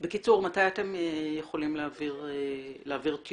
בקיצור, מתי אתם יכולים להעביר טיוטה?